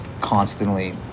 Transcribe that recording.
constantly